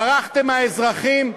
ברחתם מהאזרחים,